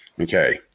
Okay